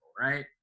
right